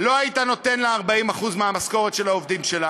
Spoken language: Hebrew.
לא היית נותן לה 40% מהמשכורת של העובדים שלה